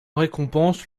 récompense